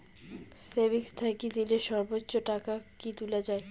Savings থাকি দিনে সর্বোচ্চ টাকা কি তুলা য়ায়?